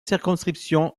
circonscription